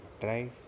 try